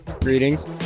Greetings